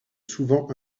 souvent